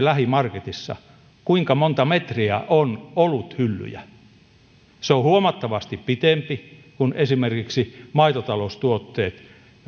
lähimarketissa kuinka monta metriä on oluthyllyä ne ovat huomattavasti pitempiä kuin esimerkiksi maitotaloustuotteet